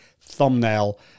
thumbnail